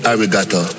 Arigato